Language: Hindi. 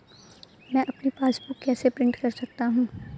मैं अपनी पासबुक कैसे प्रिंट कर सकता हूँ?